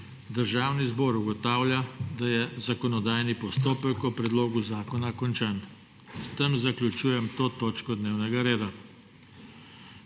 Državni zbor ugotavlja, da je zakonodajni postopek o predlogu zakona končan. S tem zaključujem to točko dnevnega reda.